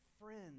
friends